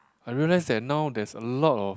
I realize that now there's a lot of